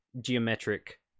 geometric